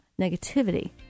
negativity